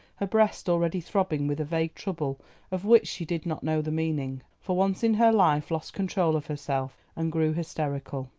her breast already throbbing with a vague trouble of which she did not know the meaning, for once in her life lost control of herself and grew hysterical.